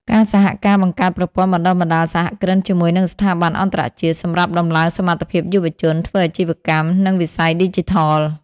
ការសហការបង្កើតប្រព័ន្ធបណ្តុះបណ្តាលសហគ្រិនជាមួយនិងស្ថាប័នអន្តរជាតិ សម្រាប់តម្លើងសមត្ថភាពយុវជន ធ្វើអាជីវកម្ម និងវិស័យឌីជីថល។